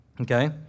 Okay